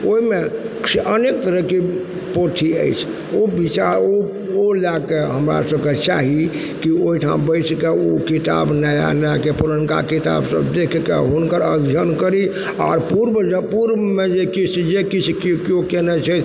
ओइमेसँ अनेक तरहके पोथी अछि ओ विचार ओ ओ लएके हमरा सबके चाही कि ओइ ठाम बसिके ओ किताब नया नयाके पुरनका किताब सब देखके हुनकर अध्ययन करि आओर पूर्व जँ पूर्वमे जे किछु जे किछु केओ केओ केने छथि